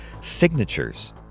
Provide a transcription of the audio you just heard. signatures